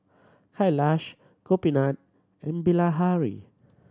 Kailash Gopinath and Bilahari